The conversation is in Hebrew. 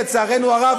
לצערנו הרב,